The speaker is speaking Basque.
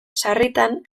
sarritan